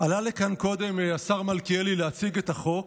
עלה לכאן קודם השר מלכיאלי להציג את החוק,